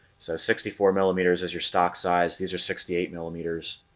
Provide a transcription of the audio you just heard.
so sixty four millimeters as your stock size. these are sixty eight millimeters